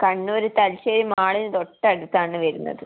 കണ്ണൂര് തലശ്ശേരി മാളിന് തൊട്ടടുത്താണ് വരുന്നത്